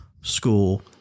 school